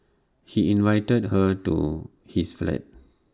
he invited her to his flat